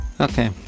Okay